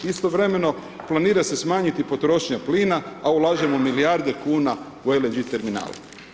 Istovremeno planira se smanjiti potrošnja plina, a ulažemo milijarde kuna u LNG terminal.